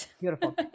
Beautiful